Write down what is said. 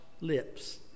lips